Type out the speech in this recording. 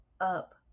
up